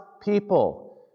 people